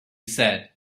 said